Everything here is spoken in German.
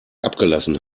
abgelassen